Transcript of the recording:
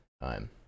time